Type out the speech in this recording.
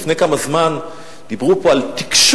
לפני כמה זמן דיברו פה על תקשוב,